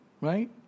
Right